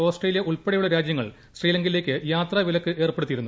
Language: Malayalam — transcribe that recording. ഓസ്ട്രേലിയ ഉൾപ്പെടെയുള്ള രാജ്യങ്ങൾ ശ്രീലങ്കയിലേക്ക് യാത്രാ വിലക്ക് ഏർപ്പെടുത്തിയിരുന്നു